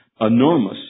enormous